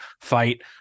fight